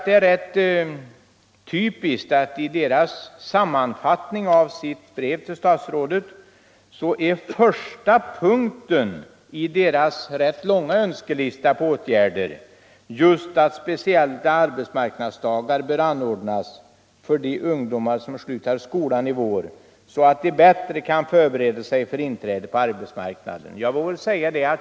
Det är också typiskt att den första punkten i utredningens långa önskelista på åtgärder är att speciella arbetsmarknadsdagar bör anordnas för de ungdomar som slutar skolan i vår. så att de bättre kan förbereda : sig för inträdet på arbetsmarknaden.